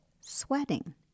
sweating